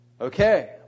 Okay